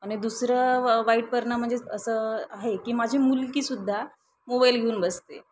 आणि दुसरं व वाईट परिणाम म्हणजे असं आहे की माझी मुलगीसुद्धा मोबाईल घेऊन बसते